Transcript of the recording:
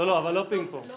את